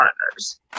partners